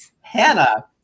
Hannah